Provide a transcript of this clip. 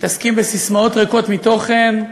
מתעסקים בססמאות ריקות מתוכן,